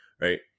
right